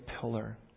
pillar